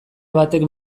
batek